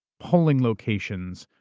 polling locations,